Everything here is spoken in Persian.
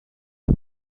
آره